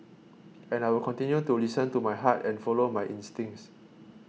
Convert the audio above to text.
and I will continue to listen to my heart and follow my instincts